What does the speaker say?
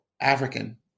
African